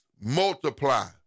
multiply